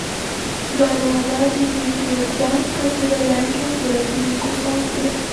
galima drąsiai teigti jog gdanskas yra lenkijos dviratininkų sostinė